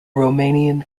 romanian